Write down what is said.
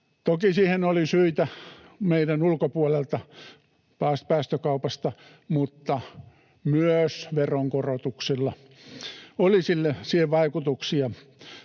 Toki siihen oli syitä meidän ulkopuolelta päästökaupasta, mutta myös veronkorotuksilla oli siihen vaikutuksia.